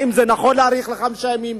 האם נכון להאריך ב-50 ימים?